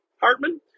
Hartman